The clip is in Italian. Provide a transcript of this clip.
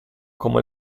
come